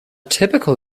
typical